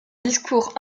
discours